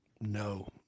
No